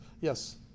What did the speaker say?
yes